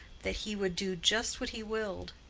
that he would do just what he willed,